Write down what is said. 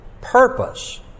purpose